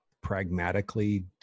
pragmatically